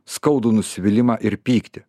skaudų nusivylimą ir pyktį